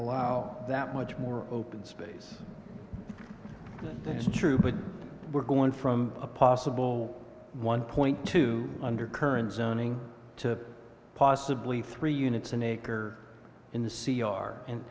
allow that much more open space that's true but we're going from a possible one point two under current zoning to possibly three units an acre in the c r and